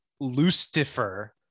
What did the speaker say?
Lucifer